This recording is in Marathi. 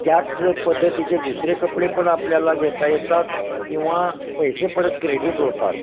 त्याच पद्धतीचे दुसरे कपडे पण आपल्याला घेता येतात किंवा पैसे परत क्रेडिट होतात